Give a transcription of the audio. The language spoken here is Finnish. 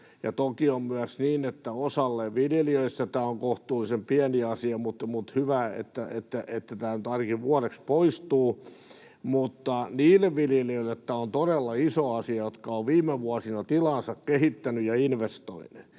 toki on myös niin, että osalle viljelijöistä tämä on kohtuullisen pieni asia, mutta hyvä, että tämä nyt ainakin vuodeksi poistuu. Mutta niille viljelijöille tämä on todella iso asia, jotka ovat viime vuosina tilaansa kehittäneet ja investoineet.